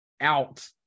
out